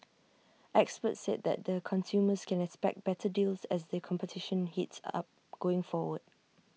experts said that the consumers can expect better deals as the competition heats up going forward